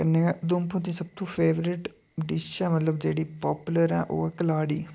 कन्नै गै उधमपुर दी सबतु फेवरट डिश ऐ मतलब जेह्ड़ी पापुलर ऐ ओह् ऐ कलाड़ी